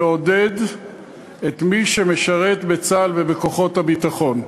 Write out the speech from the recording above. לעודד את מי שמשרת בצה"ל ובכוחות הביטחון.